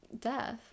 Death